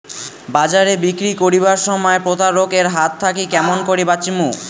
বাজারে বিক্রি করিবার সময় প্রতারক এর হাত থাকি কেমন করি বাঁচিমু?